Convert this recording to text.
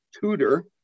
tutor